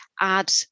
add